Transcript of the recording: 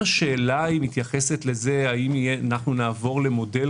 אם השאלה מתייחסת האם אנחנו נעבור למודל